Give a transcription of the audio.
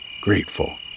grateful